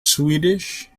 swedish